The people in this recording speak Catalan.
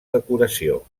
decoració